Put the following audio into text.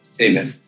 Amen